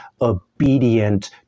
obedient